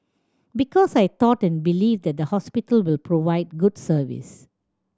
because I thought and believe that the hospital will provide good service